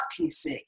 PC